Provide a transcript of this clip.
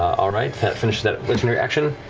all right, that finishes that legendary action.